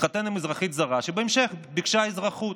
התחתן עם אזרחית זרה, ובהמשך היא ביקשה אזרחות.